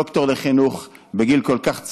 ד"ר לחינוך בגיל כל כך צעיר,